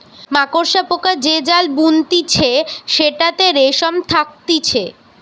মাকড়সা পোকা যে জাল বুনতিছে সেটাতে রেশম থাকতিছে